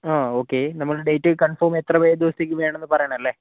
ആ ഒക്കെ നമ്മുടെ ഡേറ്റ് കൺഫോം എത്ര ദിവസത്തേക്ക് വേണംന്ന് പറയണംല്ലേ